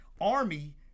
Army